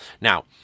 Now